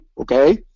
Okay